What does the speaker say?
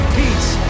peace